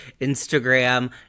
Instagram